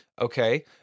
okay